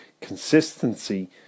consistency